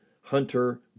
Hunter